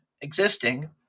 existing